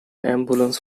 ambulance